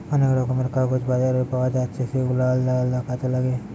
অনেক রকমের কাগজ বাজারে পায়া যাচ্ছে যেগুলা আলদা আলদা কাজে লাগে